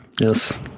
yes